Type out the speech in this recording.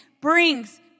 brings